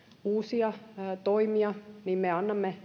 uusia toimia niin me annamme